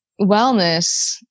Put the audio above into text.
wellness